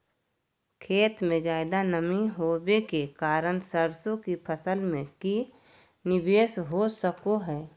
खेत में ज्यादा नमी होबे के कारण सरसों की फसल में की निवेस हो सको हय?